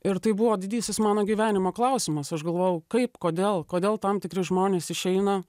ir tai buvo didysis mano gyvenimo klausimas aš galvojau kaip kodėl kodėl tam tikri žmonės išeina